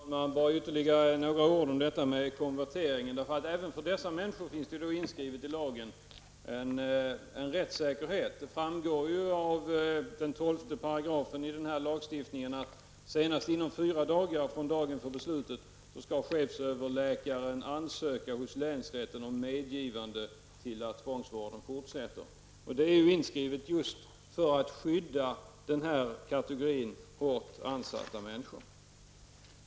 Fru talman! Bara ytterligare några ord om konverteringen. Även för dessa människor finns inskrivet i lagen en rättssäkerhet. Det framgår av 12 § i denna lag att senast inom fyra dagar från dagen för beslutet skall chefsöverläkaren ansöka hos länsrätten om medgivande till att tvångsvården fortsätter. Detta är inskrivet just för att skydda denna kategori hårt ansatta människor.